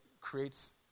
creates